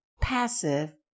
passive